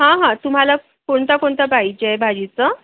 हां हां तुम्हाला कोणतं कोणतं पाहिजे आहे भाजीचं